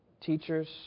teachers